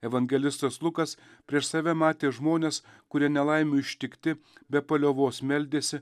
evangelistas lukas prieš save matė žmones kurie nelaimių ištikti be paliovos meldėsi